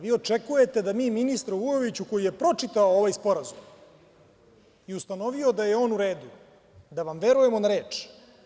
Vi očekujete da mi ministru Vujoviću, koji je pročitao ovaj sporazum, i ustanovio da je on u redu, da vam verujemo na reč.